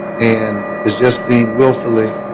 and is just being willfully